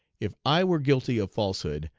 if i were guilty of falsehood,